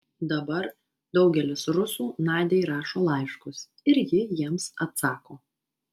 dabar daugelis rusų nadiai rašo laiškus ir ji jiems atsako